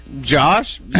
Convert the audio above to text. Josh